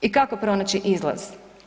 I kako pronaći izlaz?